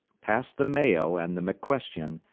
passed the mayo and the mcquestion,